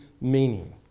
meaning